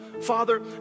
Father